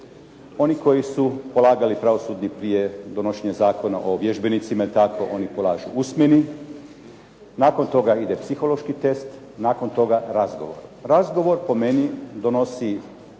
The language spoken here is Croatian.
oni koji su polagali pravosudni prije donošenja Zakona o vježbenicima i tako, oni polažu usmeni, nakon toga ide psihološki test, nakon toga razgovor. Razgovor po meni donosi